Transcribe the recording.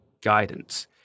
guidance